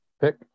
pick